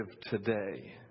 today